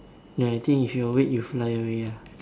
no I think with your weight you fly away ah